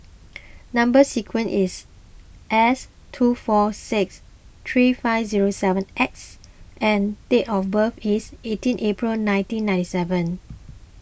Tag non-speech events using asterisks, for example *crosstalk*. *noise* Number Sequence is S two four six three five zero seven X and date of birth is eighteen April nineteen ninety seven